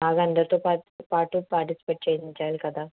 బాగా అందరితో పా పాటు పార్టిసిపేట్ చే చెయ్యాలి కదా